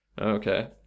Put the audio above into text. Okay